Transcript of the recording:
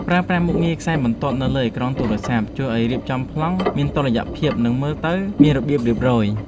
ប្រើប្រាស់មុខងារខ្សែបន្ទាត់នៅលើអេក្រង់ទូរស័ព្ទជួយឱ្យរៀបចំប្លង់មានតុល្យភាព និង មើលទៅមានរបៀបរៀបរយ។